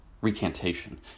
Recantation